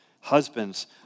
Husbands